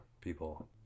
people